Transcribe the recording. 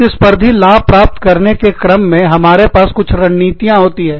प्रतिस्पर्धी लाभ प्राप्त करने के क्रम में हमारे पास कुछ रणनीतियां होती है